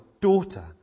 daughter